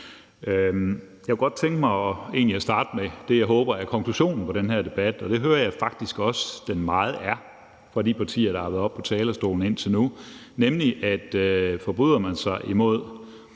Jeg kunne godt tænke mig at starte med det, jeg håber er konklusionen på den her debat – det hører jeg faktisk også fra de partier, der har været oppe på talerstolen indtil nu, at den i høj